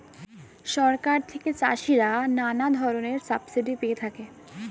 সরকার থেকে চাষিরা নানা ধরনের সাবসিডি পেয়ে থাকে